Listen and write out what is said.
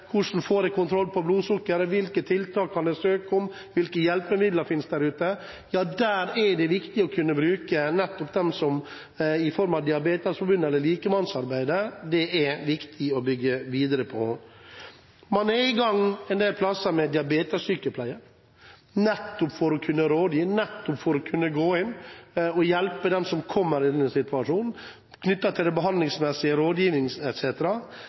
Hvordan får jeg kontroll over blodsukkeret? Hvilke tiltak kan jeg søke om? Hvilke hjelpemidler finnes der ute? Der er det viktig å bruke Diabetesforbundet og bygge videre på likemannsarbeidet. En del steder er man i gang med diabetessykepleie, for å kunne rådgi, for å kunne gå inn og hjelpe dem som kommer i denne situasjonen, med behandlingsmessig rådgivning etc. Det